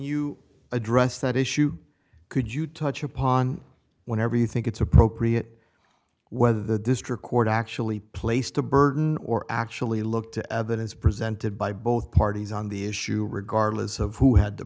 you address that issue could you touch upon whenever you think it's appropriate whether the district court actually placed a burden or actually looked at evidence presented by both parties on the issue regardless of who had the